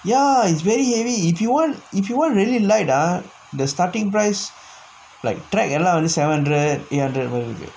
ya is very heavy if you want if you want really light ah the starting price like drag until seven hundred hundred